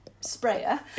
sprayer